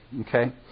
Okay